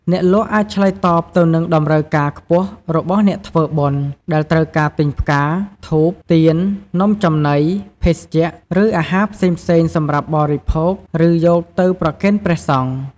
អ្នកលក់អាចឆ្លើយតបទៅនឹងតម្រូវការខ្ពស់របស់អ្នកធ្វើបុណ្យ ដែលត្រូវការទិញផ្កា ធូប ទៀន នំចំណី ភេសជ្ជៈ ឬអាហារផ្សេងៗសម្រាប់បរិភោគ ឬយកទៅប្រគេនព្រះសង្ឃ។